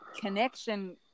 connection